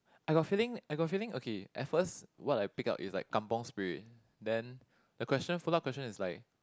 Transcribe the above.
I got feeling I got feeling okay at first what I pick up is like kampung Spirit then the question followed up question is like